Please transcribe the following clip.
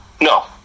No